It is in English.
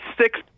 six